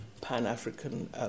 Pan-African